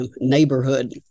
neighborhood